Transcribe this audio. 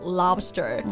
lobster